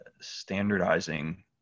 standardizing